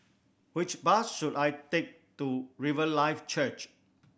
which bus should I take to Riverlife Church